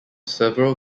several